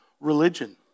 religion